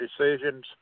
decisions